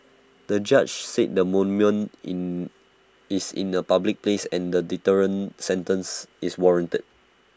the judge said the monument in is in A public place and A deterrent sentence is warranted